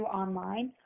online